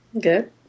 Good